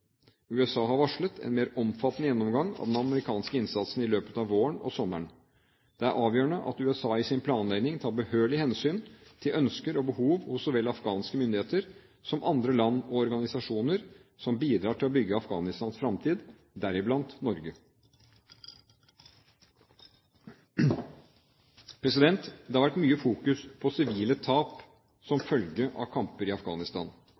USA har varslet en mer omfattende gjennomgang av den amerikanske innsatsen i løpet av våren og sommeren. Det er avgjørende at USA i sin planlegging tar behørig hensyn til ønsker og behov hos så vel afghanske myndigheter som andre land og organisasjoner som bidrar til å bygge Afghanistans fremtid, deriblant Norge. Det har vært mye fokus på sivile tap som følge av kampene i Afghanistan.